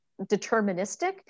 deterministic